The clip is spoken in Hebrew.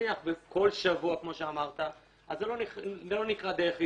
כל שבוע, כמו שאמרת, זה לא נקרא "דרך עיסוק".